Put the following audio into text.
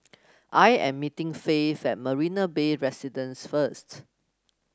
I am meeting Faith at Marina Bay Residences first